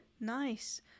Nice